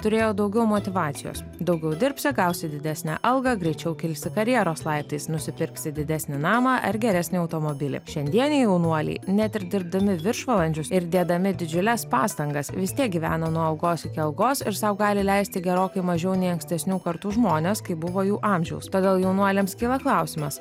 turėjo daugiau motyvacijos daugiau dirbsi gausi didesnę algą greičiau kilsi karjeros laiptais nusipirksi didesnį namą ar geresnį automobilį šiandieniai jaunuoliai net ir dirbdami viršvalandžius ir dėdami didžiules pastangas vis tiek gyveno nuo algos iki algos ir sau gali leisti gerokai mažiau nei ankstesnių kartų žmonės kai buvo jų amžiaus pagal jaunuoliams kyla klausimas